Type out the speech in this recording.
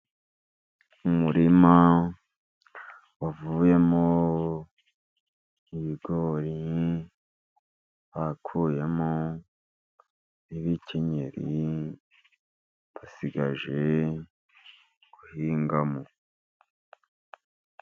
Umurima wavuyemo ibigori, bakuyemo ibikenyeri basigaje guhingamo.